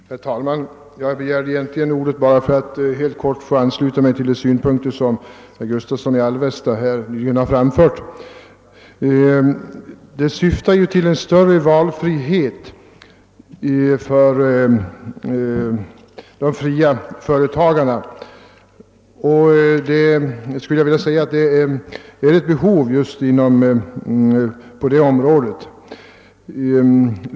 Herr talman! Jag begärde egentligen ordet bara för att helt kort få ansluta mig till de synpunkter som herr Gustavsson i Alvesta anfört. Syftet är ju större valfrihet för de fria företagarna och enligt min mening finns det ett behov just härvidlag.